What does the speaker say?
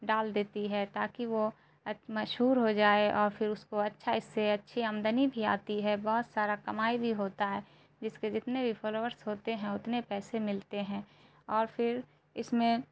ڈال دیتی ہے تاکہ وہ مشہور ہو جائے اور پھر اس کو اچھے سے اچھی آمدنی بھی آتی ہے بہت سارا کمائی بھی ہوتا ہے جس کے جتنے بھی فلورس ہوتے ہیں اتنے پیسے ملتے ہیں اور پھر اس میں